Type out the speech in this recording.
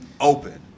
open